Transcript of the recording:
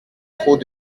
trop